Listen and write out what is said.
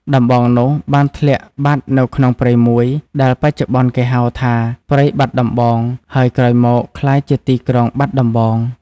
ដំបងនោះបានធ្លាក់បាត់នៅក្នុងព្រៃមួយ ដែលបច្ចុប្បន្នគេហៅថា ព្រៃបាត់ដំបង ហើយក្រោយមកក្លាយជាទីក្រុង បាត់ដំបង ។